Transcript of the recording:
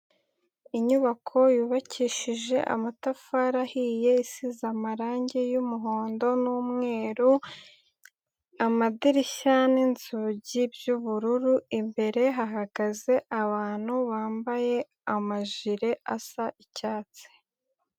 Inyubako yubakishije amatafari ahiye isize amarangi y'umuhondo n'umweru, amadirishya n'inzugi by'ubururu, imbere hahagaze abantu bambaye amajile asa icyatsi.